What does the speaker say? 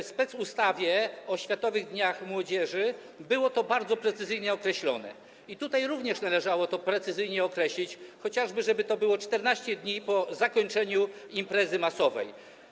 W specustawie o Światowych Dniach Młodzieży było to bardzo precyzyjnie określone i tutaj również należało to precyzyjnie określić, chociażby na 14 dni po zakończeniu imprezy masowej.